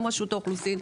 גם רשות האוכלוסין.